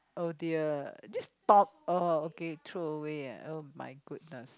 oh dear this stop uh okay throw away ah [oh]-my-goodness